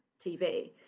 TV